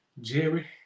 Jerry